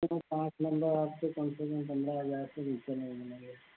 तो पाँच नम्बर आपको कम से कम पन्द्रह हज़ार के नीचे नहीं मिलेंगे